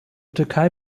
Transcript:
türkei